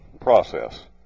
process